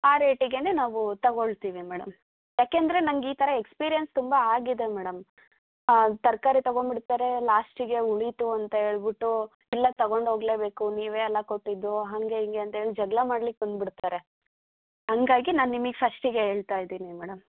ಆ ರೇಟಿಗೆ ನಾವು ತಗೊಳ್ತೀವಿ ಮೇಡಮ್ ಯಾಕೆಂದರೆ ನಂಗೆ ಈ ಥರ ಎಕ್ಸ್ಪೀರಿಯನ್ಸ್ ತುಂಬ ಆಗಿದೆ ಮೇಡಮ್ ಹಾಂ ತರಕಾರಿ ತಗೊಂಬಿಡ್ತಾರೆ ಲಾಸ್ಟಿಗೆ ಉಳಿತು ಅಂತ ಹೇಳ್ಬಿಟ್ಟೂ ಇಲ್ಲ ತಗೊಂಡು ಹೋಗ್ಲೇಬೇಕು ನೀವೇ ಅಲ್ಲ ಕೊಟ್ಟಿದ್ದು ಹಾಗೆ ಹೀಗೆ ಅಂತ ಹೇಳಿ ಜಗಳ ಮಾಡ್ಲಿಕ್ಕೆ ಬಂದುಬಿಡ್ತಾರೆ ಹಂಗಾಗಿ ನಾ ನಿಮಗ್ ಫಸ್ಟಿಗೆ ಹೇಳ್ತಾಯಿದಿನಿ ಮೇಡಮ್